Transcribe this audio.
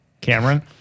Cameron